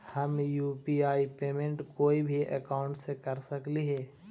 हम UPI payment कोई भी अकाउंट से कर सकली हे?